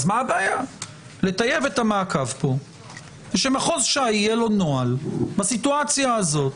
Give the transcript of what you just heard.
אז מה הבעיה לטייב את המעקב פה ושמחוז ש"י יהיה לו נוהל בסיטואציה הזאת?